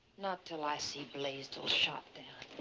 not till i see blaisdell shot dead.